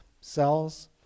cells